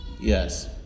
yes